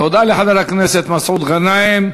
תודה לחבר הכנסת מסעוד גנאים.